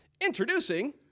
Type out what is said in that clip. Introducing